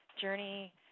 journey